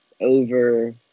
over